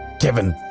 kevin!